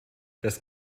das